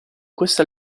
questa